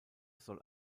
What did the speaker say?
soll